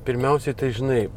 pirmiausiai tai žinai